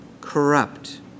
Corrupt